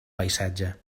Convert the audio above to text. paisatge